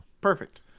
perfect